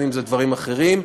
בין שזה דברים אחרים,